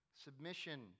Submission